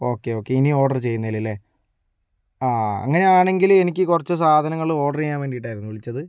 okay okay ഇനി order ചെയ്യുന്നതിൽ അല്ലേ ആ അങ്ങനെ ആണെങ്കിൽ എനിക്ക് കുറച്ച് സാധനങ്ങൾ ഓർഡർ ചെയ്യാൻ വേണ്ടിയിട്ടായിരുന്നു വിളിച്ചത്